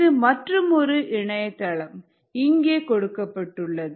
இது மற்றுமொரு இணையதளம் இங்கே கொடுக்கப்பட்டுள்ளது